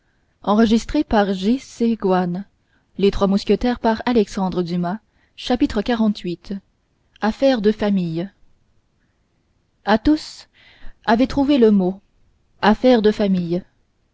xlviii affaire de famille athos avait trouvé le mot affaire de famille